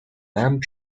lamp